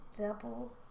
Double